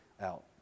out